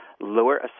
lower